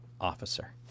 Officer